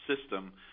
system